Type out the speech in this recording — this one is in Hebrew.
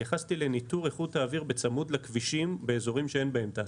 התייחסתי לניטור איכות האוויר בצמוד לכבישים באיזורים שאין בהם תעשייה.